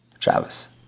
Travis